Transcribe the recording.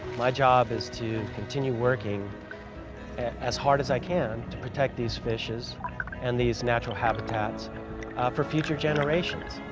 my job is to continue working as hard as i can to protect these fishes and these natural habitats for future generations.